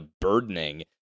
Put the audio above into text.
burdening